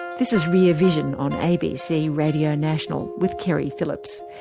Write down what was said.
this is rear vision on abc radio national, with keri phillips.